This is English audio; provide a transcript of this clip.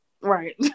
Right